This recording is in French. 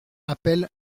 appelle